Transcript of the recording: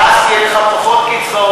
ואז יהיו לך פחות קצבאות,